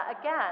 again